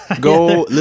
Go